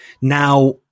now